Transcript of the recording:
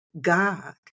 God